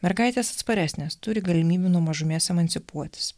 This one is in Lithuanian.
mergaitės atsparesnės turi galimybių nuo mažumės emancipuotis